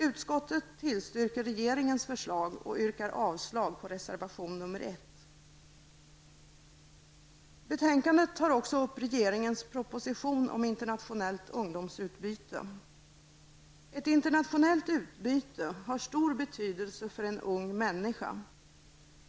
Utskottet tillstyrker regeringens förslag och yrkar avslag på reservation nr 1. Betänkandet tar också upp regeringens proposition om internationellt ungdomsutbyte. Ett internationellt utbyte har stor betydelse för en ung människa.